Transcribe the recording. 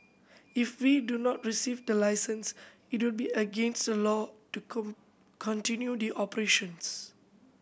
if we do not receive the license it would be against the law to continue the operations